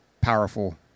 powerful